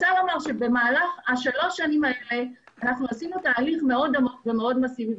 במהלך שלוש השנים האלה עשינו תהליך מאוד עמוק ומאוד מסיבי,